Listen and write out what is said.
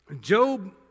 Job